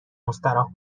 مستراح